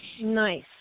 Nice